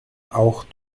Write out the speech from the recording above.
auch